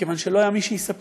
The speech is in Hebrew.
כיוון שלא היה מי שיספר.